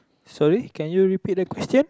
sorry can you repeat the question